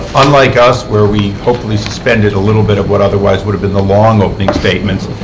unlike us, where we hopefully suspended a little bit of what otherwise would have been the long opening statements,